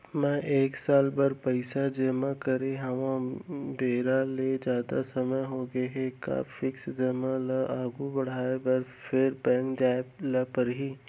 मैं एक साल बर पइसा जेमा करे रहेंव, बेरा ले जादा समय होगे हे का फिक्स जेमा ल आगू बढ़ाये बर फेर बैंक जाय ल परहि?